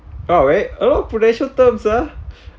all right oh prudential terms lah